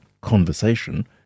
conversation